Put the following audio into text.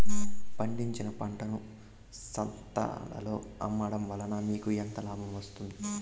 పండించిన పంటను సంతలలో అమ్మడం వలన మీకు ఎంత లాభం వస్తుంది?